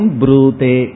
brute